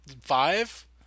Five